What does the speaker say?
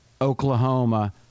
Oklahoma